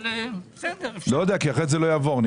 כי אחרת זה לא יעבור.